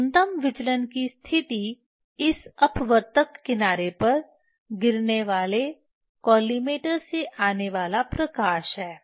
न्यूनतम विचलन की स्थिति इस अपवर्तक किनारे पर गिरने वाले कॉलिमेटर से आने वाला प्रकाश है